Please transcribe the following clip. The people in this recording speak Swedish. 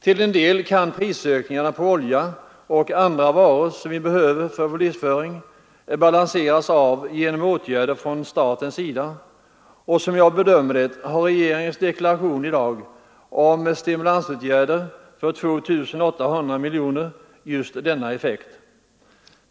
Till en del kan prisökningarna på olja och andra varor som vi behöver för vår livsföring balanseras genom åtgärder från statens sida. Som jag bedömer det har regeringens deklaration i dag om stimulansåtgärder för 2 800 miljoner kronor just denna effekt.